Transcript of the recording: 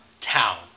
town